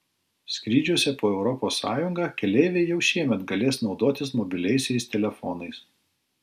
skrydžiuose po europos sąjungą keleiviai jau šiemet galės naudotis mobiliaisiais telefonais